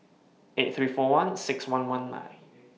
eight three four one six one one nine